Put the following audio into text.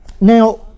Now